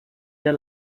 der